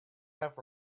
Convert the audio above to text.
have